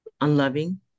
unloving